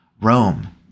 Rome